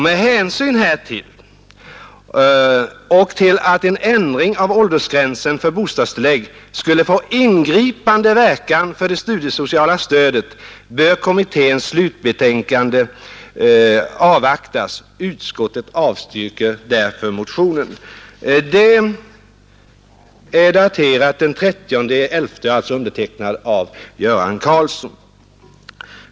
Med hänsyn härtill och till att en ändring av åldersgränsen för bostadstillägg skulle få ingripande verkan för det studiesociala stödet bör kommitténs slutbetänkande avvaktas. Utskottet avstyrker därför motionsyrkandena.” Detta är daterat den 30 november och undertecknat av Göran Karlsson.